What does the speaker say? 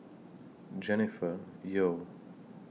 Jennifer Yeo